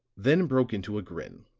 then broke into a grin.